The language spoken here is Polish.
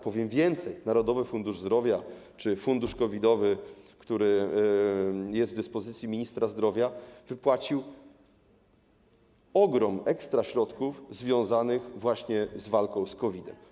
Powiem więcej, Narodowy Fundusz Zdrowia czy fundusz COVID-owy, który jest w dyspozycji ministra zdrowia, wypłacił ogrom ekstraśrodków związanych właśnie z walką z COVID-em.